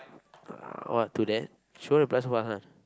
what to that she want to plus so much ah